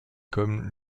comme